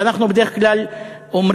ואנחנו בדרך כלל אומרים,